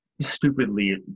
stupidly